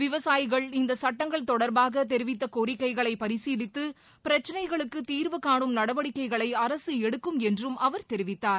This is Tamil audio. விவசாயிகள் இந்த சட்டங்கள் தொடர்பாக தெரிவித்த கோரிக்கைகளை பரிசீலித்து பிரச்ளைகளுக்கு தீர்வு கானும் நடவடிக்கைகளை அரசு எடுக்கும் என்றும் அவர் தெரிவித்தார்